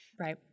Right